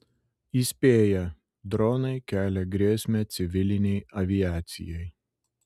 įspėja dronai kelia grėsmę civilinei aviacijai